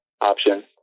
option